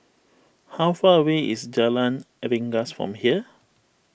how far away is Jalan Rengas from here